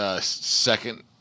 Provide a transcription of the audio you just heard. Second